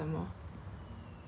I mean like a swimming pool